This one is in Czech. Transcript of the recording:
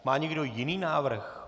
Má někdo jiný návrh?